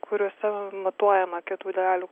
kuriuose matuojama kietųjų dalelių